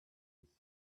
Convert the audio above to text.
with